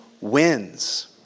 wins